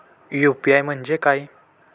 UPI म्हणजे काय?